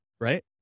right